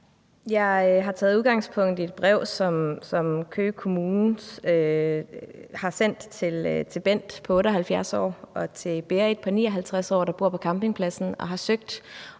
Jeg har taget udgangspunkt i et brev, som Køge Kommune har sendt til Bent på 78 år og til Berit på 59 år, der bor på campingpladsen og har søgt